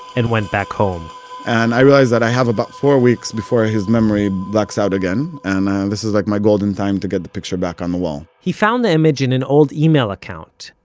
and went back home and i realized that i have about four weeks before his memory blacks out again, and this is like my golden time to get the picture back on the wall he found the image in an old email account,